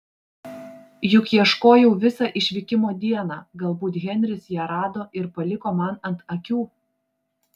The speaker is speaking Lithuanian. juk ieškojau visą išvykimo dieną galbūt henris ją rado ir paliko man ant akių